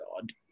God